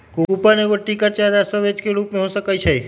coupon एगो ticket चाहे दस्तावेज के रूप में हो सकइ छै